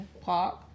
park